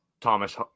Thomas